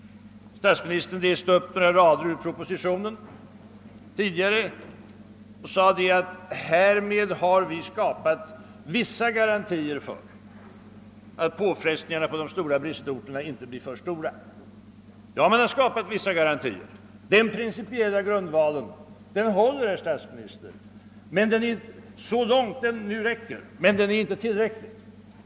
Statsministern läste tidigare upp några rader ur propositionen och sade att regeringen därmed skapat vissa garantier för att påfrestningarna på de stora bristorterna inte skulle bli för stora. Ja, man har skapat vissa garantier. Den principiella grundvalen håller, herr statsminister, så långt den nu räcker. Men den är inte tillräcklig.